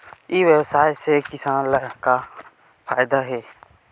ई व्यवसाय से किसान ला का फ़ायदा हे?